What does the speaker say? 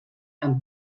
amb